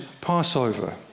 Passover